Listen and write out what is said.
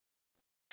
சரிங்க சார்